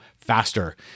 faster